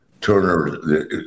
Turner